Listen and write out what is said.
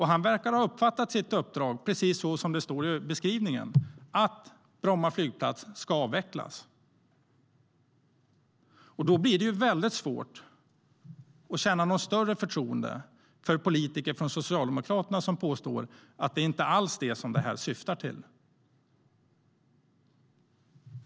Han verkade ha uppfattat sitt uppdrag precis så som det står i beskrivningen, att Bromma flygplats ska avvecklas. Då blir det väldigt svårt att känna något större förtroende för politiker från Socialdemokraterna som påstår att det inte alls är detta som det syftar till.